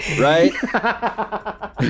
right